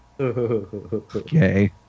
okay